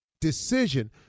decision